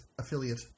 affiliate